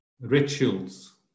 rituals